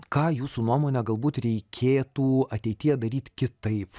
ką jūsų nuomone galbūt reikėtų ateityje daryt kitaip